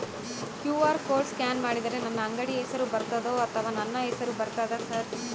QR code scan ಮಾಡಿದರೆ ನನ್ನ ಅಂಗಡಿ ಹೆಸರು ಬರ್ತದೋ ಅಥವಾ ನನ್ನ ಹೆಸರು ಬರ್ತದ ಸರ್?